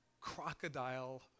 crocodile